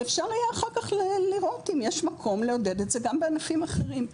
ואפשר יהיה אחר כך לראות אם יש מקום לעודד את זה גם בענפים אחרים,